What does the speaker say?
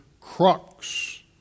crux